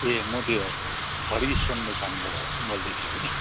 ए म त्यही हो हरि सुन दोकानबाट बोल्दै थिएँ